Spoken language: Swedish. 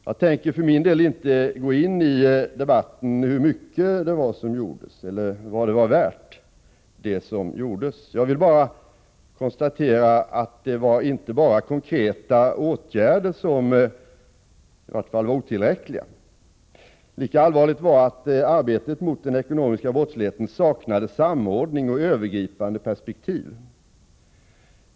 Jag tänker för min del inte gå in i debatten om hur mycket som gjordes och vad det var värt. Jag vill bara konstatera att det inte bara var de konkreta åtgärderna som var otillräckliga. Lika allvarligt var det att arbetet mot den ekonomiska brottsligheten saknade samordning och övergripande perspektiv.